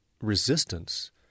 resistance